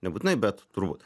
nebūtinai bet turbūt